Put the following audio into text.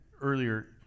earlier